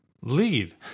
Lead